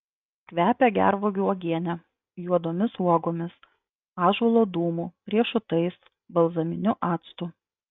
kvepia gervuogių uogiene juodomis uogomis ąžuolo dūmu riešutais balzaminiu actu